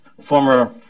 former